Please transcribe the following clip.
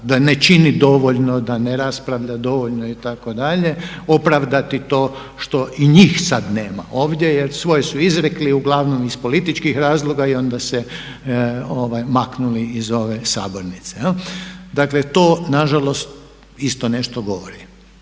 da ne čini dovoljno, da ne raspravlja dovoljno itd. opravdati to što i njih sad nema ovdje jer svoje su izrekli uglavnom iz političkih razloga i onda se maknuli iz ove sabornice. Dakle to nažalost isto nešto govori